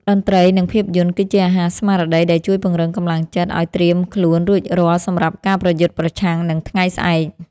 តន្ត្រីនិងភាពយន្តគឺជាអាហារស្មារតីដែលជួយពង្រឹងកម្លាំងចិត្តឱ្យត្រៀមខ្លួនរួចរាល់សម្រាប់ការប្រយុទ្ធប្រឆាំងនឹងថ្ងៃស្អែក។